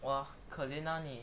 !wah! 可怜 ah 你